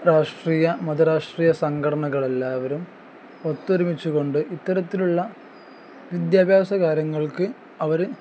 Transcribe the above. രാഷ്ട്രീയ മതരാഷ്ട്രീയ സംഘടനകൾ എല്ലാവരും ഒത്തൊരുമിച്ചു കൊണ്ട് ഇത്തരത്തിലുള്ള വിദ്യാഭ്യാസ കാര്യങ്ങൾക്ക് അവർ